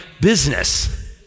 business